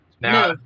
Now